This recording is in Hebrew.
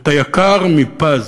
את היקר מפז: